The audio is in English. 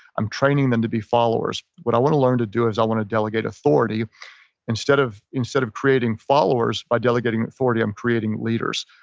i'm training them to be followers. what i want to learn to do is i want to delegate authority instead of instead of creating followers by delegating authority i'm creating leaders.